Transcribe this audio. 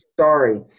Sorry